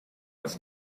was